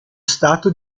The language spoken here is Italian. stato